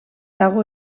dago